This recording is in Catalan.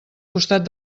costat